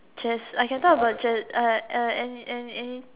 chess I can talk about chess uh uh uh any any any